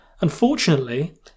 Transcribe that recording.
Unfortunately